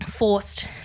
Forced